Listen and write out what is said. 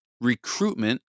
recruitment